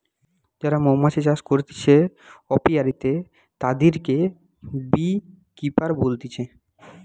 যারা মৌমাছি চাষ করতিছে অপিয়ারীতে, তাদিরকে বী কিপার বলতিছে